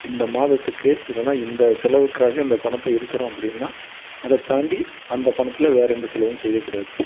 இந்த மாதத்துக்கு இல்லைனா இந்த செலவுக்காக இந்த பணத்தை எடுக்குறோம் அப்படின்னா அதை தாண்டி அந்த பணத்தில் வேறு எந்த செலவும் செய்யக்கூடாது